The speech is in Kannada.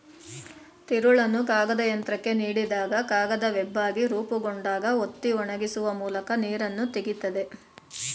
ತಿರುಳನ್ನು ಕಾಗದಯಂತ್ರಕ್ಕೆ ನೀಡಿದಾಗ ಕಾಗದ ವೆಬ್ಬಾಗಿ ರೂಪುಗೊಂಡಾಗ ಒತ್ತಿ ಒಣಗಿಸುವ ಮೂಲಕ ನೀರನ್ನು ತೆಗಿತದೆ